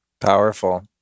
Powerful